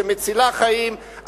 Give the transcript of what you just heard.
שמצילה חיים,